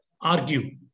argue